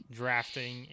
drafting